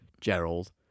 Gerald